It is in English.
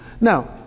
Now